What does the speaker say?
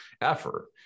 effort